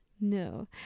no